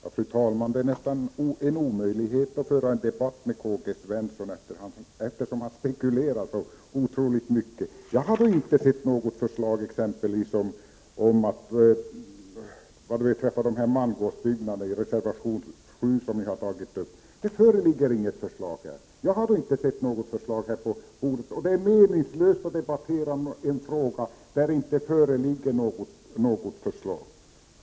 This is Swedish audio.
Fru talman! Det är nästan omöjligt att föra en debatt med Karl-Gösta Svenson, eftersom han spekulerar så otroligt mycket. Jag har exempelvis inte sett något förslag beträffande mangårdsbyggnaderna, som ni berör i reservation 7. Det är meningslöst att debattera en fråga i vilken det inte föreligger något förslag.